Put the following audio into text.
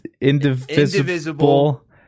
Indivisible